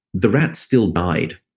the rats still died,